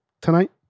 tonight